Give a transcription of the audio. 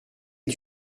est